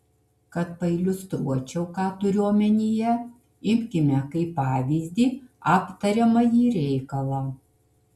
kad pailiustruočiau ką turiu omenyje imkime kaip pavyzdį aptariamąjį reikalą